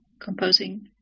composing